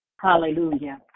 Hallelujah